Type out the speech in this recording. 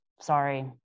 Sorry